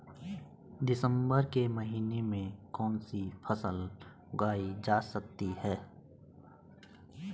दिसम्बर के महीने में कौन सी फसल उगाई जा सकती है?